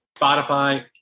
Spotify